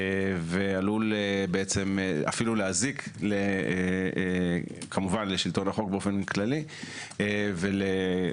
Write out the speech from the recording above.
ועלול אף להזיק כמובן לשלטון החוק באופן כללי ולשאר